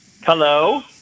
hello